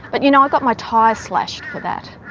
but you know i got my tyres slashed for that,